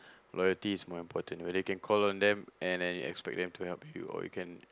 loyalty is more important whether you can call on them and then expect them to help you or you can